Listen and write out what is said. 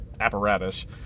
apparatus